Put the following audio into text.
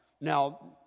Now